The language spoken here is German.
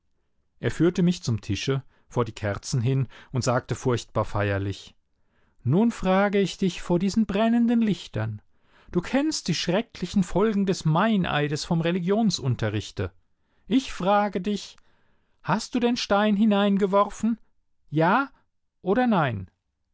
er führte mich zum tische vor die kerzen hin und sagte furchtbar feierlich nun frage ich dich vor diesen brennenden lichtern du kennst die schrecklichen folgen des meineides vom religionsunterrichte ich frage dich hast du den stein hineingeworfen ja oder nein